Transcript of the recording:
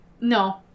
No